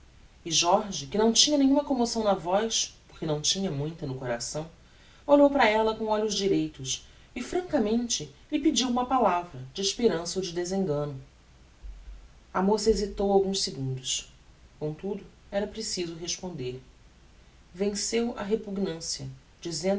e jorge que não tinha nenhuma commoção na voz porque não tinha muita no coração olhou para ella com olhos direitos e francamente lhe pediu uma palavra de esperança ou de desengano a moça hesitou alguns segundos contudo era preciso responder venceu a repugnância